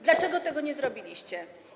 Dlaczego tego nie zrobiliście?